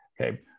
okay